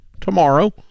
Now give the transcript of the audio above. tomorrow